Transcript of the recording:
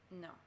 No